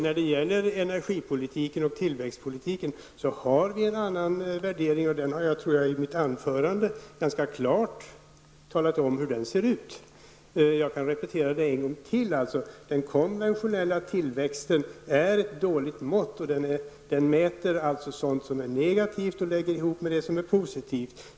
När det gäller energipolitiken och tillväxtpolitiken har vi en annan värdering och den har jag ganska klart talat om hur den ser ut i mitt anförande. Jag kan repetera det en gång till. Den konventionella tillväxten är ett dåligt mått. Den mäter sådant som är negativt och lägger ihop med det som är positivt.